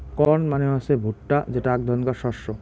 corn মানে হসে ভুট্টা যেটা আক ধরণকার শস্য